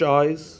eyes